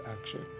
action